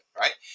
right